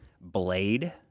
Blade